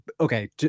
okay